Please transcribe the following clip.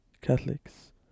Catholics